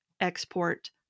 export